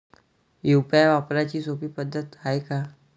UPI वापराची सोपी पद्धत हाय का?